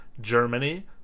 Germany